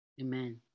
amen